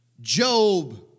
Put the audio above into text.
Job